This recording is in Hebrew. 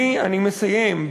אני מסיים.